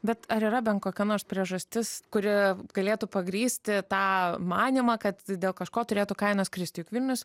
bet ar yra ben kokia nors priežastis kuri galėtų pagrįsti tą manymą kad dėl kažko turėtų kainos kristi juk vilnius